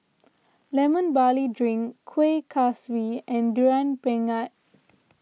Lemon Barley Drink Kuih Kaswi and Durian Pengat